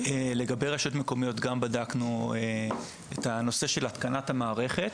לגבי רשויות מקומיות גם בדקנו את הנושא של התקנת המערכת.